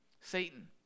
Satan